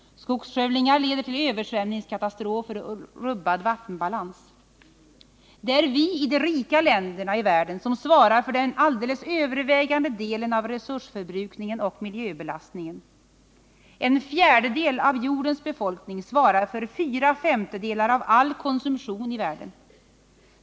Skogsskövlingar leder till översvämningskatastrofer och rubbad vattenbalans. Det är vi i de rika länderna i världen som svarar för den alldeles övervägande delen av resursförbrukningen och miljöbelastningen. En fjär dedel av jordens befolkning svarar för fyra femtedelar av all konsumtion i världen.